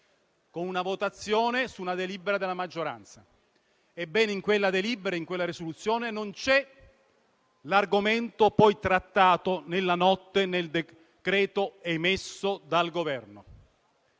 con una votazione su una risoluzione della maggioranza. Ebbene, in quella risoluzione non c'è l'argomento poi trattato nella notte nel decreto emesso dal Governo.